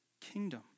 kingdom